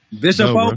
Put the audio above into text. Bishop